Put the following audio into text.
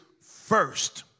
first